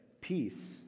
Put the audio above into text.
Peace